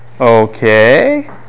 Okay